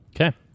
okay